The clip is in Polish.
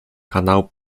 kanału